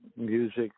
music